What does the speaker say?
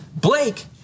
Blake